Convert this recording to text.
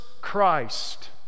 Christ